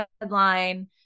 headline